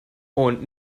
und